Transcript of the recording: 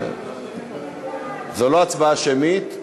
זו לא הצבעה שמית.